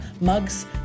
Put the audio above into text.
Mugs